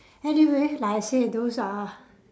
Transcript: anyway like I say those are